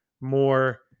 more